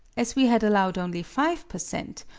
as we had allowed only five per cent,